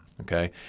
Okay